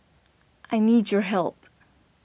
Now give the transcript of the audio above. I need your help